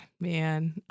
man